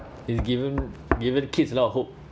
he's given given kids a lot of hope